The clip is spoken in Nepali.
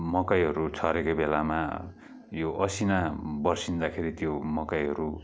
मकैहरू छरेको बेलामा यो असिना बर्सिँदाखेरि त्यो मकैहरू